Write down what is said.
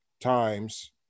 times